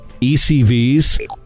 ECVs